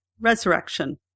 Resurrection